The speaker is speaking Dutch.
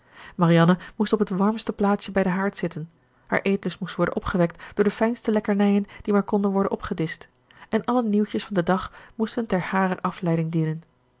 marianne moest op het warmste plaatsje bij den haard zitten haar eetlust moest worden opgewekt door de fijnste lekkernijen die maar konden worden opgedischt en alle nieuwtjes van den dag moesten ter harer afleiding dienen